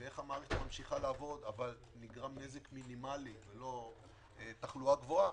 ואיך המערכת ממשיכה לעבוד אבל נגרם נזק מינימלי ולא תחלואה גבוהה,